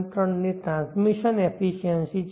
3 ની transmission efficiency છે